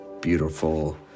beautiful